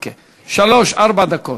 לכן, חוק כזה,